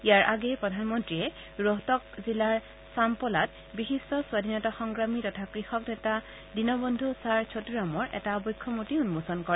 ইয়াৰ আগেয়ে প্ৰধান মন্ত্ৰীয়ে ৰোহটক জিলাৰ ছাম্পলাত বিশিষ্ট স্বাধীনতা সংগ্ৰামী তথা কৃষক নেতা দিনবন্ধু ছাৰ চতুৰামৰ এটা আৱক্ষ মূৰ্তি উন্মোচন কৰে